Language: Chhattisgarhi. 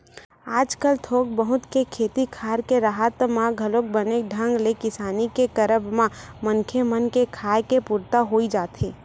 आजकल थोक बहुत के खेती खार के राहत म घलोक बने ढंग ले किसानी के करब म मनखे मन के खाय के पुरता होई जाथे